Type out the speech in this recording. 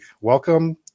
welcome